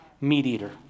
meat-eater